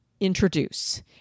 introduce